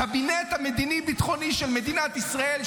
הקבינט מדיני ביטחוני של מדינת ישראל,